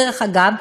דרך אגב,